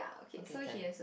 okay can